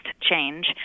change